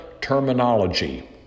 terminology